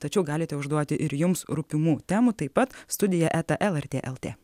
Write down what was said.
tačiau galite užduoti ir jums rūpimų temų taip pat studija eta lrt lt